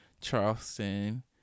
Charleston